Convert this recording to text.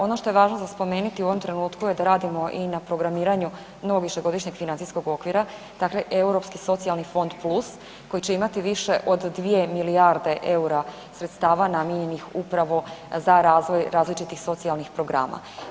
Ono što je važno za spomenuti u ovom trenutku je da radimo i na programiranju novog višegodišnjeg financijskog okvira, dakle Europski socijalni fond plus koji će imati više od 2 milijarde eura sredstava namijenjenih upravo za razvoj različitih socijalnih programa.